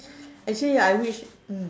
actually I wish mm